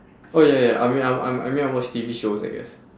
oh ya ya I mean I m~ I mean I watch T_V shows I guess